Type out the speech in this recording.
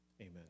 amen